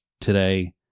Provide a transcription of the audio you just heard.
today